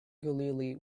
galilei